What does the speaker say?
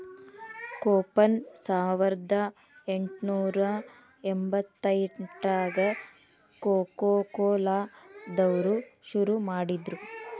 coupon ಸಾವರ್ದಾ ಎಂಟ್ನೂರಾ ಎಂಬತ್ತೆಂಟ್ರಾಗ ಕೊಕೊಕೊಲಾ ದವ್ರು ಶುರು ಮಾಡಿದ್ರು